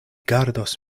gardos